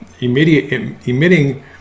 emitting